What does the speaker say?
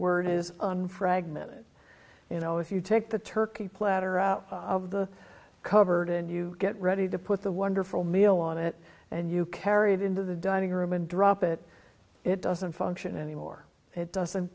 word is an fragment you know if you take the turkey platter out of the covered and you get ready to put the wonderful meal on it and you carry it into the dining room and drop it it doesn't function anymore it doesn't